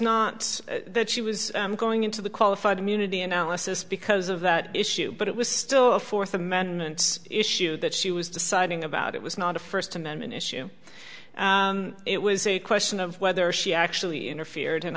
not that she was going into the qualified immunity analysis because of that issue but it was still a fourth amendment issue that she was deciding about it was not a first amendment issue it was a question of whether she actually interfered and